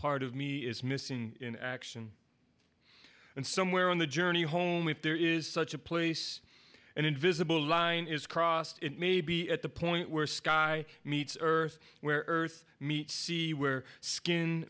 part of me is missing in action and somewhere on the journey home if there is such a place an invisible line is crossed it may be at the point where sky meets earth where earth meet sea where skin